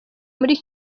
muri